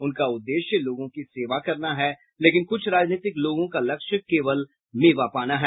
उनका उद्देश्य लोगों की सेवा करना है लेकिन कुछ राजनीतिक लोगों का लक्ष्य केवल मेवा पाना है